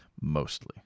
mostly